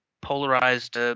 polarized –